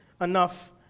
enough